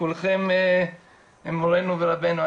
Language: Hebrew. כולכם הם מורינו ורבינו.